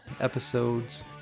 episodes